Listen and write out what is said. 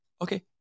okay